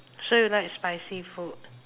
so you like spicy food